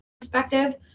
perspective